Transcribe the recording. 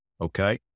okay